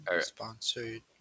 Sponsored